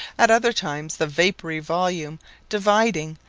at other times the vapoury volume dividing,